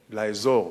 לאזור,